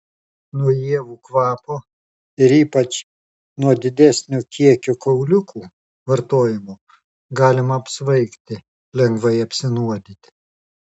nuo ievų kvapo ir ypač nuo didesnio kiekio kauliukų vartojimo galima apsvaigti lengvai apsinuodyti